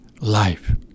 life